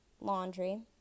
Laundry